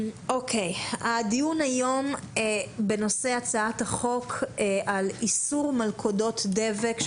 הדיון היום בנושא הצעת החוק על איסור מלכודות דבק,